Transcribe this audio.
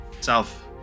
south